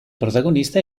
protagonista